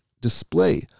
display